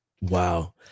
Wow